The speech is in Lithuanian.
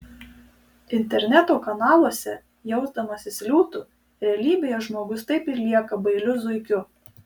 interneto kanaluose jausdamasis liūtu realybėje žmogus taip ir lieka bailiu zuikiu